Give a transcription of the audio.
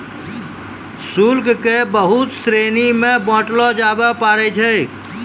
शुल्क क बहुत श्रेणी म बांटलो जाबअ पारै छै